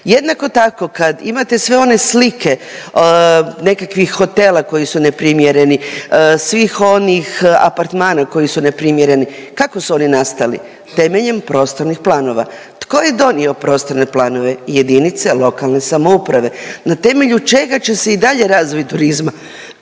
Jednako tako kad imate sve one slike, nekakvih hotela koji su neprimjereni, svih onih apartmana koji su neprimjereni, kako su oni nastali? Temeljem prostornih planova. Tko je donio prostorne planove? Jedinice lokalne samouprave. Na temelju čega će se i dalje razvoj turizma